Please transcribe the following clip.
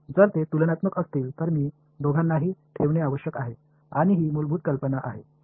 அவை ஒப்பிடத்தக்கவை என்றால் நான் இரண்டையும் வைத்திருக்க வேண்டும் இதுதான் அடிப்படை யோசனை